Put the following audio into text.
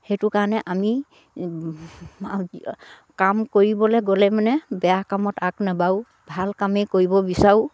সেইটো কাৰণে আমি কাম কৰিবলে গ'লে মানে বেয়া কামত আগ নাবাঢ়ো ভাল কামেই কৰিব বিচাৰোঁ